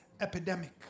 epidemic